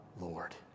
Lord